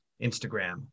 Instagram